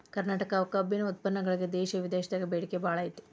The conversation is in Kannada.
ಕರ್ನಾಟಕ ಕಬ್ಬಿನ ಉತ್ಪನ್ನಗಳಿಗೆ ದೇಶ ವಿದೇಶದಾಗ ಬೇಡಿಕೆ ಬಾಳೈತಿ